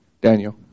Daniel